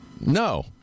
No